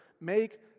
make